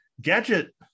Gadget